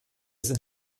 sind